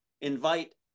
invite